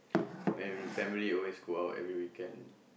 when with family always go out every weekend